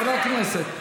חברי הכנסת,